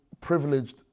privileged